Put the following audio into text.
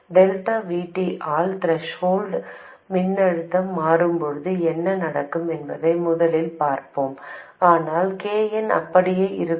delta V T ஆல் threshold மின்னழுத்தம் மாறும்போது என்ன நடக்கும் என்பதை முதலில் பார்ப்போம் ஆனால் K n அப்படியே இருக்கும்